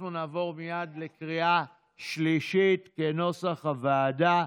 אנחנו נעבור מייד לקריאה שלישית כנוסח הוועדה,